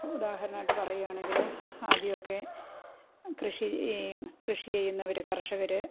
ഉദാഹരണമായിട്ട് പറയുകയാണെങ്കിൽ ആദ്യമൊക്കെ കൃഷി ഈ കൃഷി ചെയ്യുന്നവർ കർഷകർ